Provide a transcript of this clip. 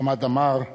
חמד עמאר,